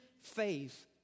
faith